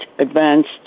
advanced